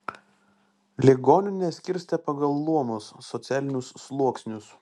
ligonių neskirstė pagal luomus socialinius sluoksnius